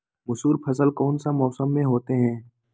मसूर फसल कौन सा मौसम में होते हैं?